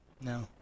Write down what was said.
No